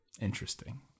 Interesting